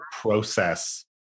process